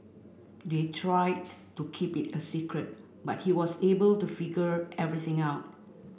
they tried to keep it a secret but he was able to figure everything out